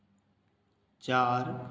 चार